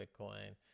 Bitcoin